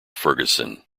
ferguson